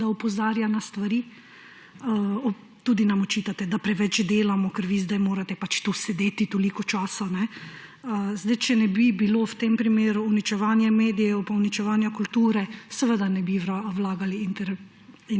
da opozarja na stvari. Tudi nam očitate, da preveč delamo, ker vi zdaj morate pač tu sedeti toliko časa. Če ne bi bilo v tem primeru uničevanja medijev in uničevanja kulture, seveda ne bi vlagali interpelacij.